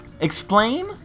Explain